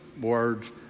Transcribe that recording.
words